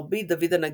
רבי דוד הנגיד,